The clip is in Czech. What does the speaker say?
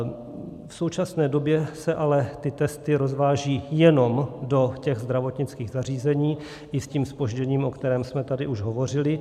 V současné době se ale ty testy rozvážejí jenom do těch zdravotnických zařízení, i s tím zpožděním, o kterém jsme tady už hovořili.